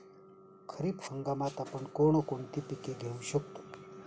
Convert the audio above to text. खरीप हंगामात आपण कोणती कोणती पीक घेऊ शकतो?